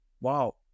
wow